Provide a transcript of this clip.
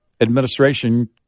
administration